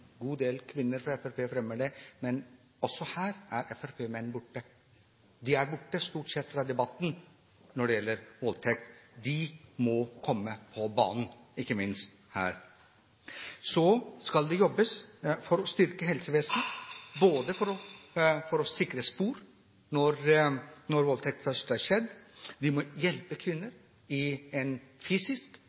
fremmer det. Men også her er fremskrittspartimenn borte. De er stort sett borte fra debatten når det gjelder voldtekt. De må komme på banen, ikke minst her. Så skal det jobbes for å styrke helsevesenet for å sikre spor når voldtekt først har skjedd. Vi må hjelpe kvinner i en fysisk